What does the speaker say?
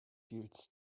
fields